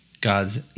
God's